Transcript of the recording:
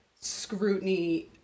scrutiny